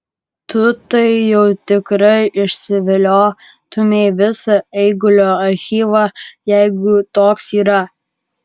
tu tai jau tikrai išviliotumei visą eigulio archyvą jeigu toks yra